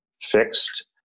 fixed